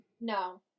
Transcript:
No